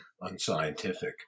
unscientific